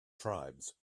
tribes